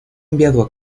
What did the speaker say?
enviado